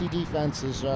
defenses